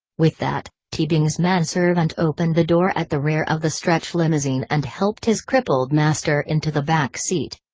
with that, teabing's manservant opened the door at the rear of the stretch limousine and helped his crippled master into the back seat.